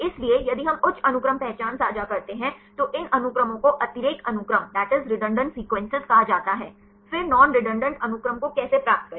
इसलिए यदि हम उच्च अनुक्रम पहचान साझा करते हैं तो इन अनुक्रमों को अतिरेक अनुक्रम कहा जाता है फिर नॉन रेडंडान्त अनुक्रम को कैसे प्राप्त करें